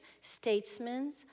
statesmen